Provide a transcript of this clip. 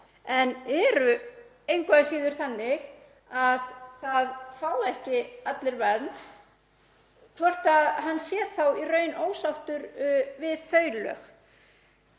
en eru engu að síður þannig að það fá ekki allir vernd, hvort hann sé þá í raun ósáttur við þau lög.